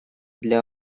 для